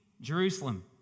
Jerusalem